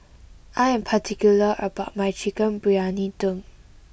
I am particular about my Chicken Briyani Dum